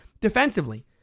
Defensively